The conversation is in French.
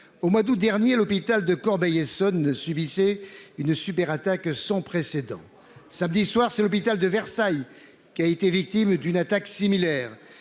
au mois d'août dernier, l'hôpital de Corbeil-Essonnes ne subissez une super attaque sans précédent. Samedi soir, c'est l'hôpital de Versailles qui a été victime d'une attaque similaire.